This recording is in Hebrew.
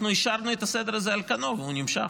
אנחנו השארנו את הסדר הזה על כנו, והוא נמשך.